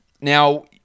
Now